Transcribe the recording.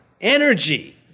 energy